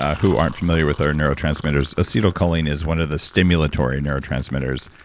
ah who aren't familiar with our neurotransmitters, acetylcholine is one of the stimulatory neurotransmitters,